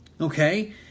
Okay